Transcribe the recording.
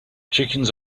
chickens